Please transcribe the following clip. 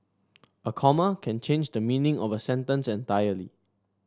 a comma can change the meaning of a sentence entirely